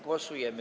Głosujemy.